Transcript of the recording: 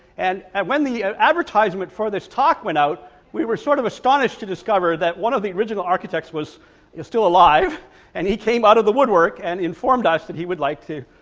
and and when the advertisement for this talk went out we were sort of astonished to discover that one of the original architects was is still alive and he came out of the woodwork and informed us that he would like to,